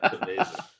amazing